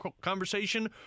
conversation